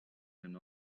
and